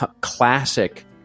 classic